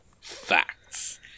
Facts